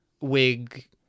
Wig